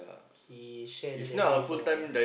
he share the taxi with someone ah